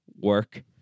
work